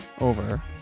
over